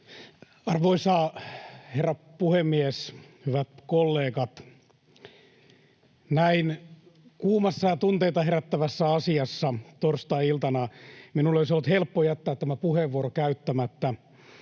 Arvoisa herra puhemies! Hyvät kollegat! Näin kuumassa ja tunteita herättävässä asiassa torstai-iltana minun olisi ollut helppo jättää tämä puheenvuoro käyttämättä.